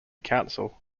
council